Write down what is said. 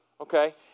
okay